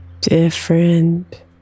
different